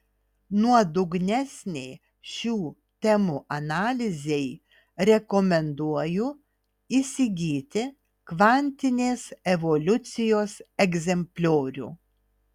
nuodugnesnei šių temų analizei rekomenduoju įsigyti kvantinės evoliucijos egzempliorių